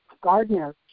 gardener